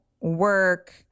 work